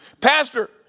Pastor